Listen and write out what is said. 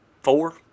four